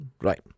Right